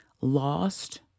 lost